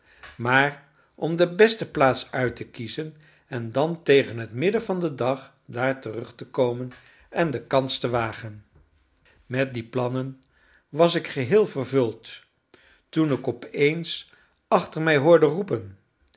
maar om de beste plaats uit te kiezen en dan tegen het midden van den dag daar terug te komen en de kans te wagen met die plannen was ik geheel vervuld toen ik opeens achter mij hoorde roepen